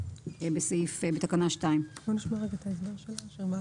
בתקנה 2. בסדר.